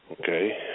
Okay